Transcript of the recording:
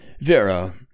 vera